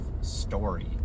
story